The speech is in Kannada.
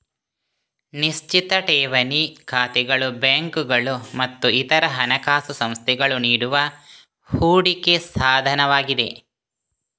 ನಿಶ್ಚಿತ ಠೇವಣಿ ಖಾತೆಗಳು ಬ್ಯಾಂಕುಗಳು ಮತ್ತು ಇತರ ಹಣಕಾಸು ಸಂಸ್ಥೆಗಳು ನೀಡುವ ಹೂಡಿಕೆ ಸಾಧನವಾಗಿದೆ